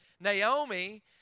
Naomi